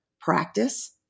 practice